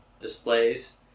displays